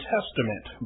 Testament